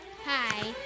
Hi